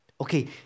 okay